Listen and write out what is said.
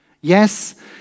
Yes